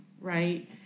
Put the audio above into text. right